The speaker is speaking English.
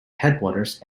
headwaters